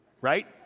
right